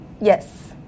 yes